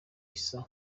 isaie